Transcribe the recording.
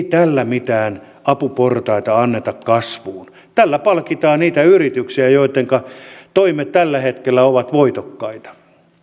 tällä mitään apuportaita anneta kasvuun tällä palkitaan niitä yrityksiä joittenka toimet tällä hetkellä ovat voitokkaita